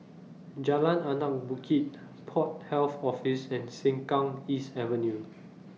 Jalan Anak Bukit Port Health Office and Sengkang East Avenue